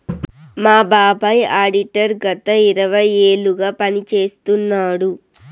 మా బాబాయ్ ఆడిటర్ గత ఇరవై ఏళ్లుగా పని చేస్తున్నాడు